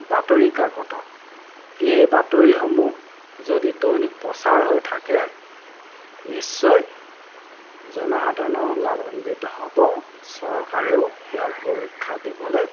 বাতৰিকাকতত এই বাতৰিসমূহ যদি দৈনিক প্ৰচাৰ হৈ থাকে নিশ্চয় জনসাধাৰণৰ লাভাম্বিত হ'ব চৰকাৰেও ইয়াৰ সুৰক্ষা দিবলৈ